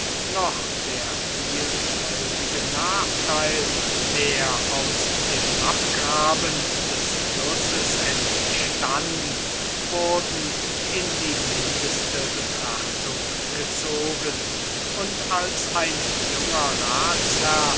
noch der vielfältige nachteil der aus dem abgraben des flusses entstund wurden in die mindeste betrachtung gezogen und als ein junger ratsherr